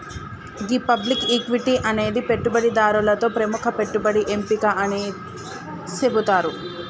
గీ public equity అనేది పెట్టుబడిదారులతో ప్రముఖ పెట్టుబడి ఎంపిక అని సెబుతారు